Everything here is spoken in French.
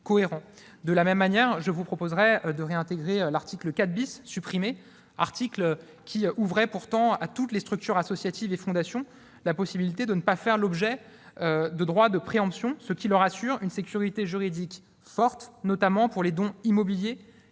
De la même manière, je vous proposerai de réintégrer l'article 4 , supprimé alors qu'il ouvrait à toutes les structures associatives et fondations la possibilité de ne pas faire l'objet d'un droit de préemption, ce qui leur assurerait une sécurité juridique forte, s'agissant notamment des dons immobiliers